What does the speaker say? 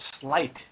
slight